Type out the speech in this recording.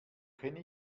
kenne